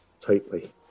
Tightly